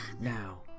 now